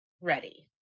ready